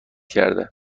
کرده